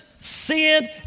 sin